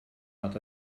nad